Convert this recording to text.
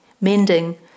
mending